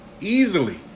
Easily